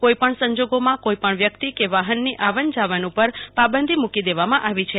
કોઈપણ સંજોગોમાં કોઈપણ વ્યક્તિ કે વાહનની આવનજાવન ઉપર પાબંદી મૂકી દેવાઈ છે